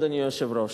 אדוני היושב-ראש,